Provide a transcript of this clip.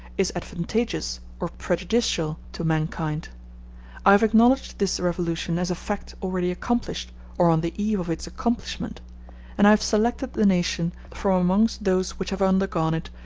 is advantageous or prejudicial to mankind i have acknowledged this revolution as a fact already accomplished or on the eve of its accomplishment and i have selected the nation, from amongst those which have undergone it,